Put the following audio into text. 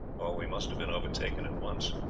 or we must have been overtaken at once.